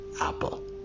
Apple